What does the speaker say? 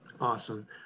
Awesome